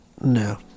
no